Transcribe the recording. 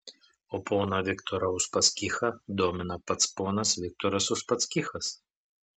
o poną viktorą uspaskichą domina pats ponas viktoras uspaskichas